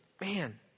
Man